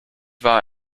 war